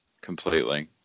Completely